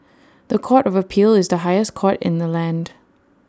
The Court of appeal is the highest court in the land